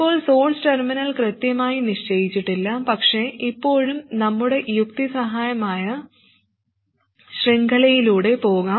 ഇപ്പോൾ source terminal കൃത്യമായി നിശ്ചയിച്ചിട്ടില്ല പക്ഷേ ഇപ്പോഴും നമ്മുടെ യുക്തിസഹമായ ശൃംഖലയിലൂടെ പോകാം